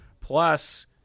plus